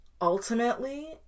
ultimately